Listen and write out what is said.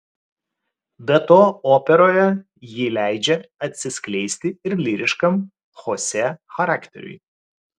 be to operoje ji leidžia atsiskleisti ir lyriškam chosė charakteriui